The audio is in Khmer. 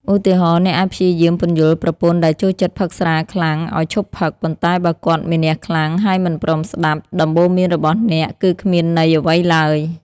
ឧទាហរណ៍៖ អ្នកអាចព្យាយាមពន្យល់ប្រពន្ធដែលចូលចិត្តផឹកស្រាខ្លាំងឱ្យឈប់ផឹក ប៉ុន្តែបើគាត់មានះខ្លាំង ហើយមិនព្រមស្ដាប់ ដំបូន្មានរបស់អ្នកគឺគ្មានន័យអ្វីឡើយ។